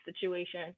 situation